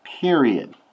Period